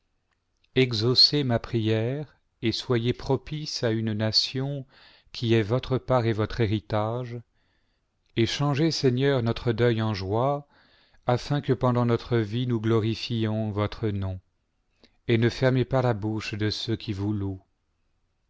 exaucez ma prière et soyez propice à une nation qui est votre part et votre héritage et changez seigneur notre deuil en joie afin que pendant notre vie nous glorif ions votre nom et ne fermez pas la bouche de ceux qui vous louent